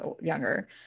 younger